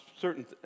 certain